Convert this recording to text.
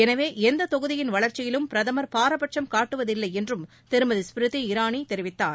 எனவே எந்தத் தொகுதியின் வளர்ச்சியிலும் பிரதமர் பாரபட்சும் காட்டுவதில்லை என்றும் திருமதி ஸ்மிருதி இரானி தெரிவித்தார்